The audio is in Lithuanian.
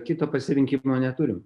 kito pasirinkimo neturim